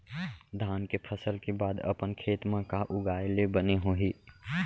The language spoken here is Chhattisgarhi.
धान के फसल के बाद अपन खेत मा का उगाए ले बने होही?